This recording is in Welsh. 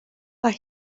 mae